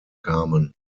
kamen